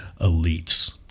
elites